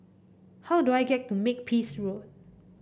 how do I get to Makepeace Road